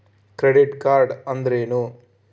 Credit card ಅಂದ್ರೇನು?